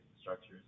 structures